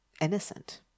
innocent